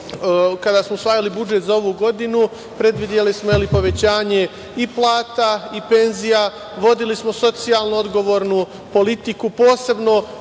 kada smo usvajali budžet za ovu godinu predvideli smo povećanje i plata i penzija, vodili smo socijalno odgovornu politiku, posebno